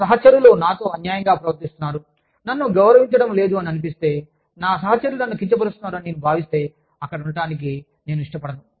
నా సహచరులు నాతో అన్యాయంగా ప్రవర్తిస్తున్నారు నన్ను గౌరవించడం లేదు అని అనిపిస్తే నా సహచరులు నన్ను కించపరుస్తున్నారు అని నేను భావిస్తే అక్కడ ఉండటానికి ఇష్టపడను